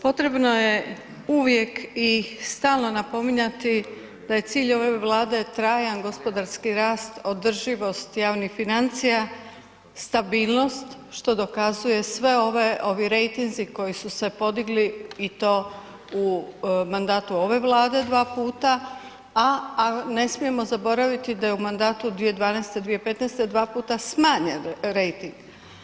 Potrebno je uvijek i stalno napominjati da je cilj ove Vlade trajan gospodarski rast, održivost javnih financija, stabilnost, što dokazuje sve ovi rejtinzi koji su se podigli i to u mandatu ove vlade 2 puta a ne smijemo zaboraviti, da je u mandatu 2012.-2015. dva puta smanjen rejting.